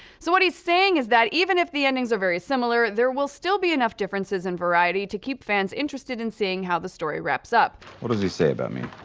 so what he's saying is that even if the endings are very similar, there will still be enough differences and variety to keep fans interested in seeing how the story wraps up. what does he say about me?